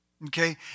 okay